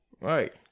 Right